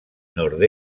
nord